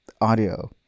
audio